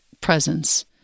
presence